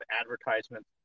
advertisements